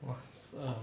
what's up